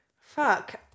fuck